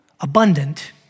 abundant